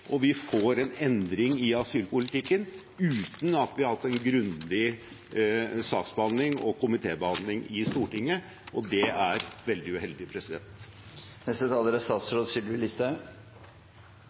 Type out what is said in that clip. og vi får en endring i asylpolitikken uten at vi har hatt en grundig saksbehandling og komitébehandling i Stortinget. Det er veldig uheldig.